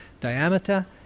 diameter